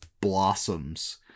blossoms